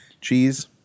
Cheese